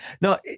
no